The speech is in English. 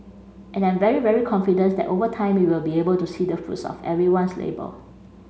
and I'm very very confident that over time we will be able to see the fruits of everyone's labour